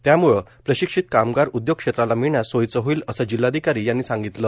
त्यामुळं प्रशिक्षित कामगार उद्योग क्षेत्राला मिळण्यास सोयीचं होईल असं जिल्हाधिकारी यांनी सांगितलं